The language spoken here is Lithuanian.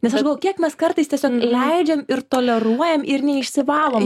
nes aš galvoju kiek mes kartais tiesiog leidžiam ir toleruojam ir neišsivalom